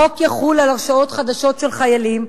החוק יחול על הרשעות חדשות של חיילים,